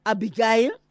Abigail